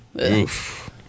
Oof